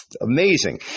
amazing